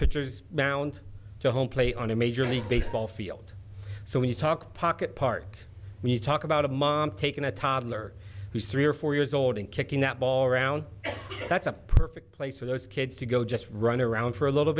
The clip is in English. mound to home plate on a major league baseball field so when you talk pocket park when you talk about a mom taking a toddler who's three or four years old and kicking that ball around that's a perfect place for those kids to go just run around for a little